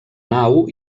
nau